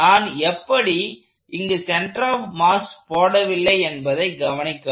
நான் எப்படி இங்கு சென்டர் ஆப் மாஸ் போடவில்லை என்பதை கவனிக்கவும்